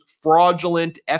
fraudulent